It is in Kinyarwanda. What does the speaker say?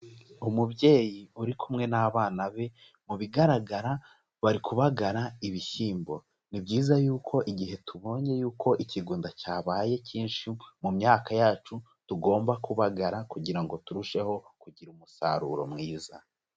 Umubyeyi uri kumwe n'abana be, mu bigaragara bari kubagara ibishyimbo. Ni byiza yuko igihe tubonye yuko ikigunda cyabaye cyinshi mu myaka yacu, tugomba kubagara kugira ngo turusheho kugira umusaruro mwiza.